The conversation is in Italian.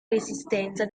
resistenza